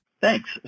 Thanks